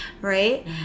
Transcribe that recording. right